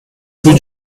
rue